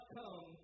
come